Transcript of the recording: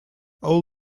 all